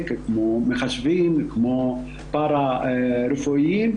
ומקצועות פרא-רפואיים,